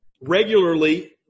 Regularly